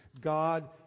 God